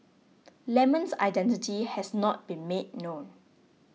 lemon's identity has not been made known